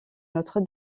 notre